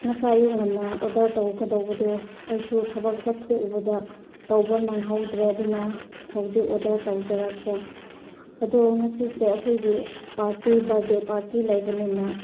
ꯉꯁꯥꯏ ꯑꯌꯨꯛ ꯉꯟꯅ ꯑꯣꯔꯗꯔ ꯇꯧꯒꯗꯧꯕꯗꯣ ꯑꯩꯁꯨ ꯊꯕꯛ ꯆꯠꯊꯣꯛꯎꯕꯗ ꯇꯧꯕ ꯅꯪꯍꯧꯗ꯭ꯔꯦ ꯑꯗꯨꯅ ꯍꯧꯖꯤꯛ ꯑꯣꯔꯗꯔ ꯇꯧꯖꯔꯛꯀꯦ ꯑꯗꯨ ꯉꯁꯤꯁꯦ ꯑꯩꯈꯣꯏꯒꯤ ꯄꯥꯔꯇꯤ ꯕꯥꯔꯗꯦ ꯄꯥꯔꯇꯤ ꯂꯩꯕꯅꯤꯅ